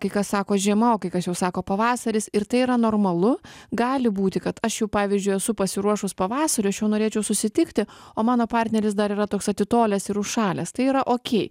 kai kas sako žiema o kai kas jau sako pavasaris ir tai yra normalu gali būti kad aš jau pavyzdžiui esu pasiruošus pavasariui aš jau norėčiau susitikti o mano partneris dar yra toks atitolęs ir užšalęs tai yra okei